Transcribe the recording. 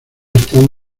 están